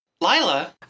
Lila